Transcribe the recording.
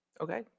Okay